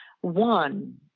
one